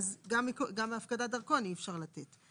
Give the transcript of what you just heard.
גם הפקדת דרכון אי אפשר לתת.